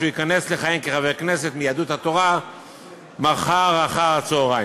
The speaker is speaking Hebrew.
שייכנס לכהן כחבר כנסת מיהדות התורה מחר אחר-הצהריים.